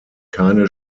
keine